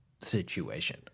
situation